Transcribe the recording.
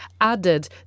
added